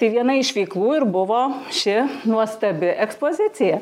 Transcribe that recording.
tai viena iš veiklų ir buvo ši nuostabi ekspozicija